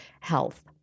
health